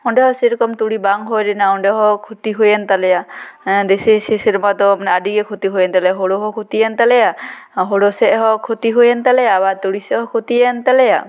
ᱚᱸᱰᱮᱦᱚᱸ ᱥᱮᱨᱚᱠᱚᱢ ᱛᱩᱲᱤ ᱵᱟᱝ ᱦᱩᱭᱞᱮᱱᱟ ᱚᱸᱰᱮᱦᱚᱸ ᱠᱷᱚᱛᱤ ᱦᱩᱭᱮᱱ ᱛᱟᱞᱮᱭᱟ ᱫᱤᱥᱟᱹᱧ ᱥᱮ ᱥᱮᱨᱢᱟ ᱫᱚ ᱢᱟᱱᱮ ᱟᱹᱰᱤ ᱜᱮ ᱠᱷᱚᱛᱤ ᱦᱩᱭᱮᱱ ᱛᱟᱞᱮᱭᱟ ᱦᱳᱲᱳ ᱦᱚᱸ ᱠᱷᱚᱛᱤᱭᱮᱱ ᱛᱟᱞᱮᱭᱟ ᱦᱳᱲᱳ ᱥᱮᱪ ᱦᱚᱸ ᱠᱷᱚᱛᱤ ᱦᱩᱭᱮᱱ ᱛᱟᱞᱮᱭᱟ ᱟᱵᱟᱨ ᱛᱩᱲᱤ ᱥᱮᱪ ᱦᱚᱸ ᱠᱷᱚᱛᱤᱭᱮᱱ ᱛᱟᱞᱮᱭᱟ